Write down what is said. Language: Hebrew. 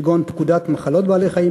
כגון פקודת מחלות בעלי-חיים,